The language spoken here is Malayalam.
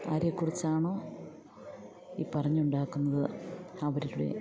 ആരെ കുറിച്ചാണോ ഈ പറഞ്ഞുണ്ടാക്കുന്നത് അവരുടെ